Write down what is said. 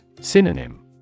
Synonym